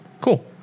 cool